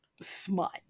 smut